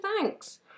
thanks